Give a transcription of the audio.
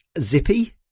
zippy